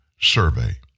survey